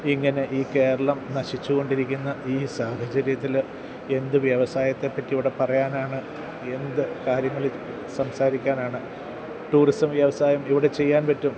ഇങ്ങനെ ഈ കേരളം നശിച്ചുകൊണ്ടിരിക്കുന്ന ഈ സാഹചര്യത്തിൽ എന്ത് വ്യവസായത്തെപ്പറ്റി ഇവിടെ പറയാനാണ് എന്ത് കാര്യങ്ങൾ സംസാരിക്കാനാണ് ടൂറിസം വ്യവസായം ഇവിടെ ചെയ്യാൻ പറ്റും